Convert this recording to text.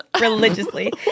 religiously